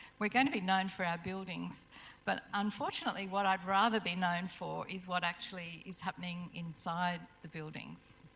we're going to be known for our buildings but unfortunately what i'd rather be known for is what actually is happening inside the buildings